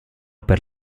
per